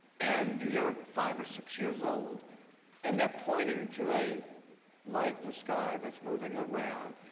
and you're five or six years old and they're pointing to a light in the sky that's moving around.